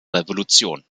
revolution